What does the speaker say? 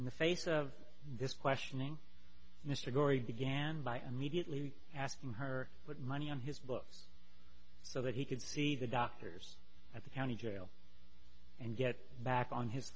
in the face of this questioning mr gauri dig and by immediately asking her put money on his books so that he could see the doctors at the county jail and get back on his